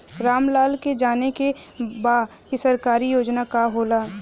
राम लाल के जाने के बा की सरकारी योजना का होला?